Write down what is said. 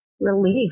relief